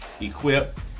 equip